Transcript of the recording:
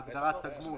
בהגדרה "תגמול",